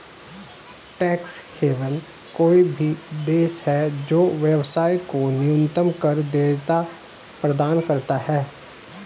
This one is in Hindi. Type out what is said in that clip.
टैक्स हेवन कोई भी देश है जो व्यवसाय को न्यूनतम कर देयता प्रदान करता है